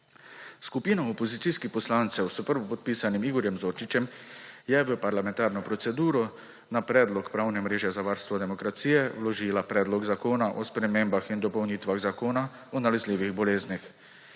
Skupina opozicijskih poslancev s prvopodpisanim Igorjem Zorčičem je v parlamentarno proceduro na predlog Pravne mreže za varstvo demokracije vložila Predlog zakona o spremembah in dopolnitvah Zakona o nalezljivih boleznih.